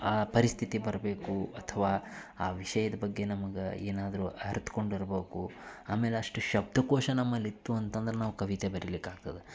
ಆ ಪರಿಸ್ಥಿತಿ ಬರಬೇಕು ಅಥವಾ ಆ ವಿಷಯದ ಬಗ್ಗೆ ನಮಗೆ ಏನಾದರೂ ಅರ್ತುಕೊಂಡಿರ್ಬೇಕು ಆಮೇಲೆ ಅಷ್ಟು ಶಬ್ದಕೋಶ ನಮ್ಮಲ್ಲಿತ್ತು ಅಂತಂದ್ರೆ ನಾವು ಕವಿತೆ ಬರಿಲಿಕ್ಕೆ ಆಗ್ತದೆ